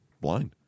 Blind